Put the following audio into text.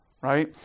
right